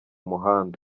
muhanda